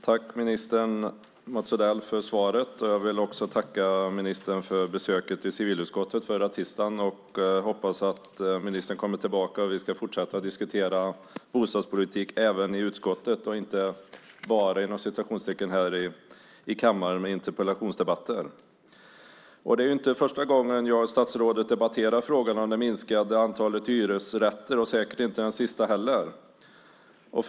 Fru talman! Tack, Mats Odell, för svaret! Jag vill också tacka ministern för besöket i civilutskottet förra tisdagen. Jag hoppas att ministern kommer tillbaka så att vi kan fortsätta att diskutera bostadspolitik även i utskottet och inte "bara" här i kammarens interpellationsdebatter. Det är inte första gången jag och statsrådet debatterar frågan om det minskande antalet hyresrätter och säkert inte heller den sista.